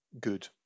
good